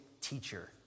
teacher